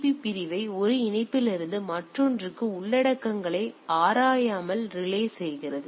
B பிரிவை ஒரு இணைப்பிலிருந்து மற்றொன்றுக்கு உள்ளடக்கங்களை ஆராயாமல் ரிலே செய்கிறது